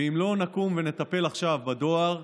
ואם לא נקום ונטפל עכשיו בדואר,